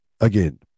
again